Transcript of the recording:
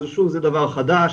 שוב, זה דבר חדש.